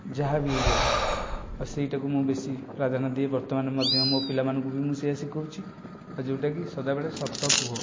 ଯାହା ବି ହୋଇଯାଉ ଆଉ ସେହିଟାକୁ ମୁଁ ବେଶି ପ୍ରାଧାନ୍ୟ ଦିଏ ବର୍ତ୍ତମାନ ମଧ୍ୟ ମୋ ପିଲାମାନଙ୍କୁ ମୁଁ ସେଇଆ ଶିଖାଉଛି ଯେଉଁଟା କି ସଦାବେଳେ ସତ କୁହ